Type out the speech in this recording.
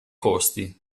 costi